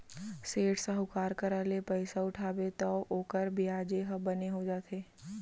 सेठ, साहूकार करा ले पइसा उठाबे तौ ओकर बियाजे ह बने हो जाथे